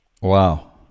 Wow